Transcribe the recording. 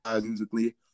musically